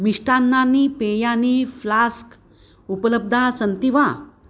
मिष्टान्नानि पेयानां फ्लास्क् उपलब्धाः सन्ति वा